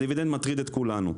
הדיבידנד מטריד את כולנו.